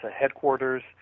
headquarters